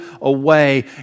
away